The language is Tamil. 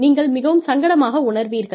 நீங்கள் மிகவும் சங்கடமாக உணர்வீர்கள்